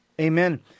Amen